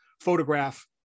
photograph